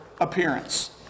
appearance